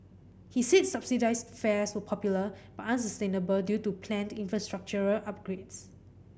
he said subsidised fares were popular but unsustainable due to planned infrastructural upgrades